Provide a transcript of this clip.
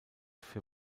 für